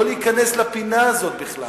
לא להיכנס לפינה הזאת בכלל,